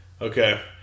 okay